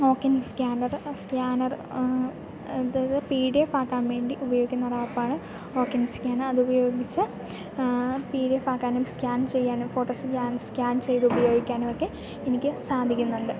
walk-in scanner scanner അതായത് P D F ആക്കാൻ വേണ്ടി ഉപയോഗിക്കുന്ന ഒരു ആപ്പാണ് വോക്കിൻ സ്കാനർ അതുപയോഗിച്ച് പി ഡി എഫ് ആക്കാനും സ്കാൻ ചെയ്യാനും ഫോട്ടോസ് സ്കാൻ ചെയ്തു ഉപയോഗിക്കാനുമൊക്കെ എനിക്ക് സാധിക്കുന്നുണ്ട്